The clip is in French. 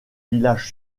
village